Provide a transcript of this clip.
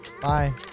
Bye